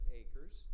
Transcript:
acres